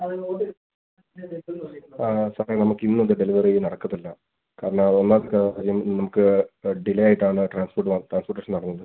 ആ സാറേ നമുക്ക് ഇന്നുള്ള ഡെലിവറി നടക്കത്തില്ല കാരണമതൊന്ന് കാര്യം നമുക്ക് ഡിലേ ആയിട്ടാണ് ട്രാൻസ്പോർട്ട് ആ ട്രാൻസ്പോർട്ടേഷൻ നടന്നത്